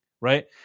right